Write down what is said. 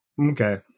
Okay